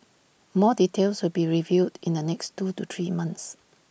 more details will be revealed in the next two to three months